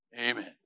amen